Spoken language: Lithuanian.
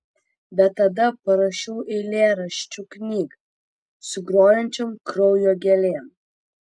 bet tada parašiau eilėraščių knygą su grojančiom kraujo gėlėm